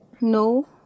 No